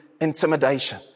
intimidation